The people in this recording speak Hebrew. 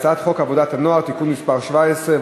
לפיכך אני קובע שהצעת חוק העונשין (תיקון מס' 121)